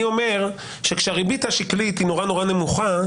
אני אומר שכשהריבית השקלית היא נורא נורא נמוכה,